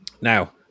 Now